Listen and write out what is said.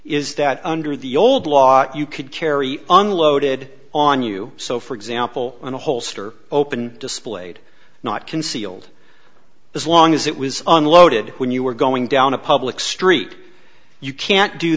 is that under the old law you could carry unloaded on you so for example in a holster open displayed not concealed as long as it was unloaded when you were going down a public street you can't do